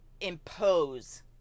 impose